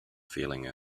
feeling